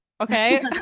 Okay